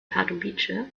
pardubice